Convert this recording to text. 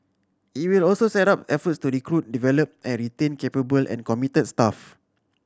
it will also step up efforts to recruit develop and retain capable and committed staff